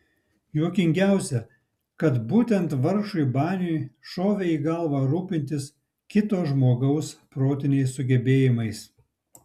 juokingiausia kad būtent vargšui baniui šovė į galvą rūpintis kito žmogaus protiniais sugebėjimais